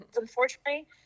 Unfortunately